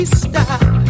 stop